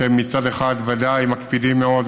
אתם מצד אחד ודאי מקפידים מאוד,